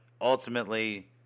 ultimately –